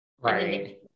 Right